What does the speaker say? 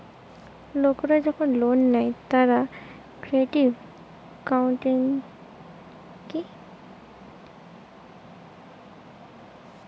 লোকরা যখন লোন নেই তারা ক্রেডিট কাউন্সেলিং করতিছে